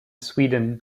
sweden